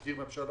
הממשלה,